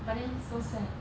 but then so sad